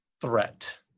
threat